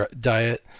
diet